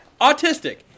Autistic